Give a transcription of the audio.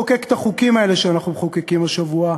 לחוקק את החוקים האלה שאנחנו מחוקקים השבוע,